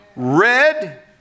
Red